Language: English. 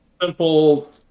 Simple